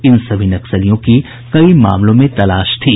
इन सभी नक्सलियों की कई मामलों में तलाश थी